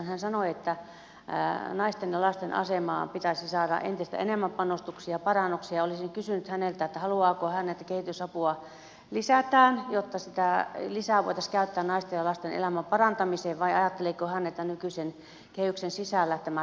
hän sanoi että naisten ja lasten asemaan pitäisi saada entistä enemmän panostuksia ja parannuksia ja olisin kysynyt häneltä että haluaako hän että kehitysapua lisätään jotta sitä lisää voitaisiin käyttää naisten ja lasten elämän parantamiseen vai ajatteleeko hän että nykyisen kehyksen sisällä tämä toteutettaisiin